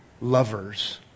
lovers